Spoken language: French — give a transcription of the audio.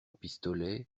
pistolet